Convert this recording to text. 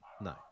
no